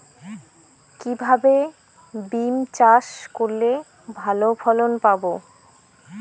কিভাবে বিম চাষ করলে ভালো ফলন পাব?